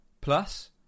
Plus